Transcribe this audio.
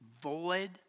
void